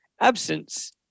absence